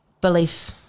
belief